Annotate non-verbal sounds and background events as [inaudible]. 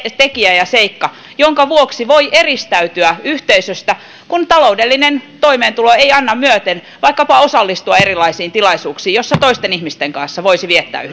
tekijä ja seikka jonka vuoksi voi eristäytyä yhteisöstä kun taloudellinen toimeentulo ei anna myöten vaikkapa osallistua erilaisiin tilaisuuksiin joissa toisten ihmisten kanssa voisi viettää [unintelligible]